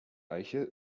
eiche